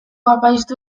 apaiztu